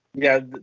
yeah,